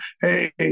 Hey